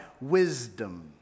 wisdom